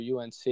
UNC